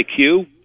IQ